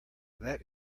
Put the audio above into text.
that